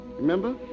Remember